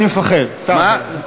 אני מפחד, מה?